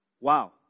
Wow